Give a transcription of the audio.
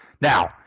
Now